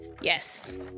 Yes